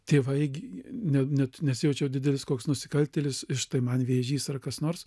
tėvai gi net net nesijaučiau didelis koks nusikaltėlis ir štai man vėžys ar kas nors